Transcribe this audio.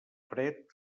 fred